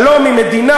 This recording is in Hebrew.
שלום עם מדינה,